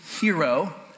hero